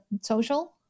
social